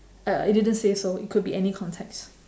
uh it didn't say so it could be any context